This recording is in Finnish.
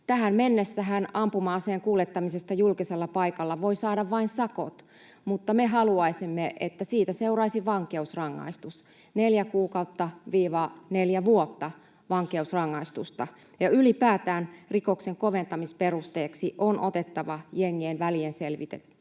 Tähän mennessähän ampuma-aseen kuljettamisesta julkisella paikalla on voinut saada vain sakot, mutta me haluaisimme, että siitä seuraisi vankeusrangaistus, neljä kuukautta — neljä vuotta vankeusrangaistusta. Ja ylipäätään rikoksen koventamisperusteeksi on otettava jengien välienselvittely